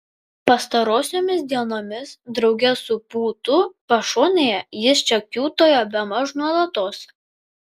pastarosiomis dienomis drauge su pūtu pašonėje jis čia kiūtojo bemaž nuolatos